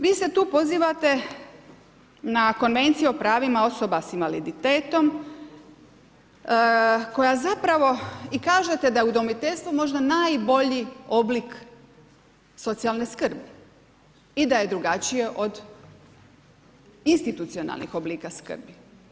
Vi se tu pozivate na Konvenciju o pravima osoba sa invaliditetom koja zapravo i kažete je udomiteljstvo možda najbolji oblik socijalne skrbi i da je drugačije od institucionalnih oblika skrbi.